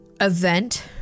event